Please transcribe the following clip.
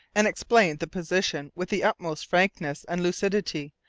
and explained the position with the utmost frankness and lucidity,